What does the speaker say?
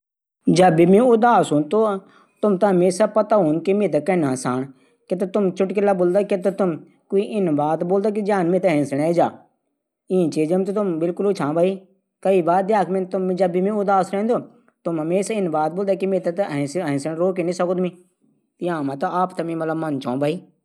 अगर मी आखरी व्यक्ति होलू सबसे पैली त मि यनी कलू की मि क्यां से जीवित रह सकदू। हवा पाणी भोजन की व्यवस्था कलू। कि ई सुचुलू कि अन्य लोग जू छाई क्यान मुरनी। और इ सुचुलू की लोग क्यान समाप्त हवेन। फिर भी अपडी जिन्दगी जीणा कैशिश कलू।